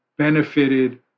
benefited